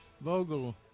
Vogel